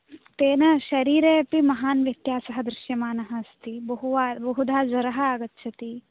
तेन शरीरे अपि महान् व्यत्यासः दृश्यमानः अस्ति बहुवा बहुधा ज्वरः आगच्छति